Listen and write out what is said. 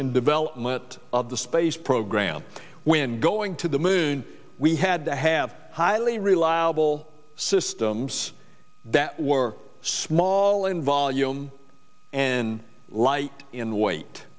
and development of the space program when going to the moon we had to have highly reliable systems that were small in volume and light in w